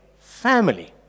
family